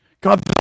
God